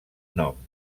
nom